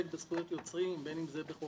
זה לא יקרה.